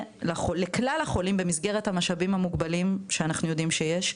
לכלל החולים במסגרת המשאבים המוגבלים שאנחנו יודעים שיש,